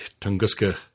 Tunguska